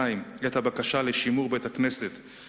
איך אפשר שיהיה שיקום אם אין הבטחה כספית כלשהי בעניין הזה,